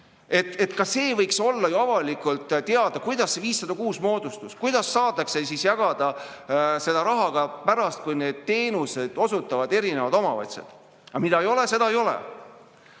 summa. See võiks olla ju avalikult teada, kuidas see 506 moodustus, kuidas saab jagada seda raha ka pärast, kui neid teenuseid osutavad erinevad omavalitsused. Aga mida ei ole, seda ei ole.